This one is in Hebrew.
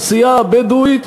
לאוכלוסייה הבדואית,